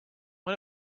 why